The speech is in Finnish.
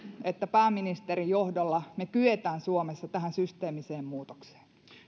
että pääministerin johdolla me kykenemme suomessa tähän systeemiseen muutokseen